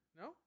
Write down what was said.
No